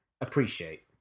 appreciate